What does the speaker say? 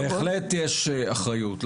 בהחלט יש אחריות,